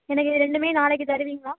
எனக்கு ரெண்டுமே நாளைக்கு தருவீங்களா